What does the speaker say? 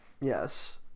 Yes